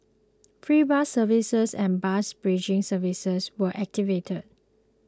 free bus services and bus bridging services were activated